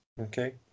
okay